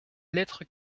lettre